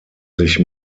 sich